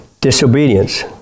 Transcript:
disobedience